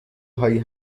هایی